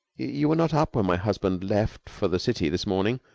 you were not up when my husband left for the city this morning,